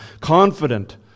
Confident